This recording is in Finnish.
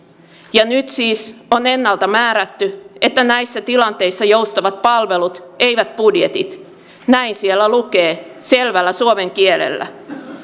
ja nyt siis on ennalta määrätty että näissä tilanteissa joustavat palvelut eivät budjetit näin siellä lukee selvällä suomen kielellä